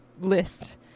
list